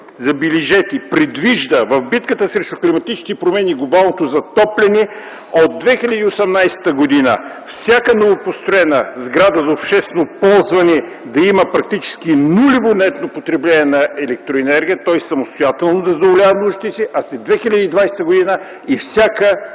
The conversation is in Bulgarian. забележете, предвижда в битката срещу климатичните промени и глобалното затопляне от 2018 г. всяка новопостроена сграда за обществено ползване да има практически нулево нетно потребление на електроенергия, тоест да задоволява самостоятелно нуждите си, а след 2020 г. и всяка